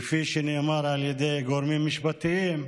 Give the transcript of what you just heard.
כפי שנאמר על ידי גורמים משפטיים,